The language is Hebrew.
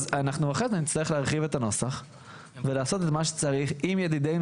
בהמשך נצטרך להרחיב את הנוסח ולעשות את מה שצריך עם ידידינו